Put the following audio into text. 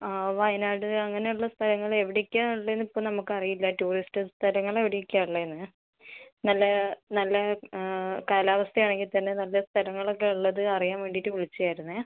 ആ വയനാട് അങ്ങനെ ഉള്ള സ്ഥലങ്ങൾ എവിടെ ഒക്കെയാ ഉള്ളേന്ന് ഇപ്പം നമുക്ക് അറിയില്ല ടൂറിസ്റ്റ് സ്ഥലങ്ങൾ എവിടെ ഒക്കെയാ ഉള്ളേന്ന് നല്ല നല്ല കാലാവസ്ഥ ആണെങ്കിൽ തന്നെ നല്ല സ്ഥലങ്ങളൊക്കെ ഉള്ളത് അറിയാൻ വേണ്ടീട്ട് വിളിച്ച ആയിരുന്നു